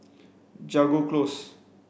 Jago Close